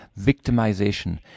victimization